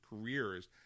careers